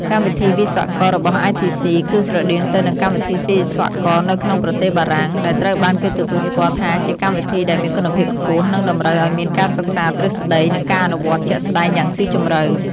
កម្មវិធីវិស្វកររបស់ ITC គឺស្រដៀងទៅនឹងកម្មវិធីវិស្វករនៅក្នុងប្រទេសបារាំង ដែលត្រូវបានគេទទួលស្គាល់ថាជាកម្មវិធីដែលមានគុណភាពខ្ពស់ និងតម្រូវឱ្យមានការសិក្សាទ្រឹស្តី និងការអនុវត្តជាក់ស្តែងយ៉ាងស៊ីជម្រៅ។